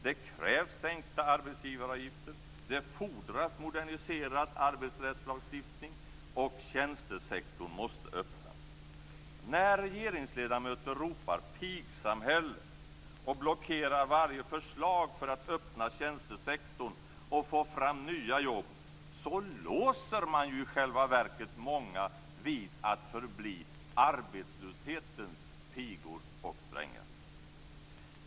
Det krävs sänkta arbetsgivaravifter. Det fordras moderniserad arbetsrättslagstiftning, och tjänstesektorn måste öppnas. När regeringsledamöter ropar pigsamhälle och blockerar varje förslag för att öppna tjänstesektorn och få fram nya jobb låser man i själva verket många vid att förbli arbetslöshetens pigor och drängar.